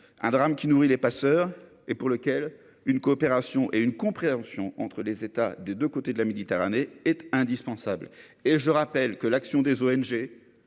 un drame qui nourrit les passeurs et pour lequel une coopération et une compréhension entre les États, des 2 côtés de la Méditerranée est indispensable et je rappelle que l'action des ONG